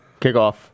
kickoff